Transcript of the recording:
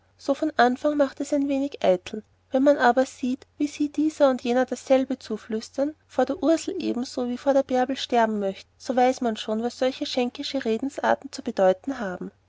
so von anfang macht es ein wenig eitel wenn man aber sieht wie sie dieser und jener dasselbe zuflüstern vor der ursel ebenso wie vor der bärbel sterben möchten so weiß man schon was solche schnackische redensarten zu bedeuten haben